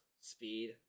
speed